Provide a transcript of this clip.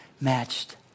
matched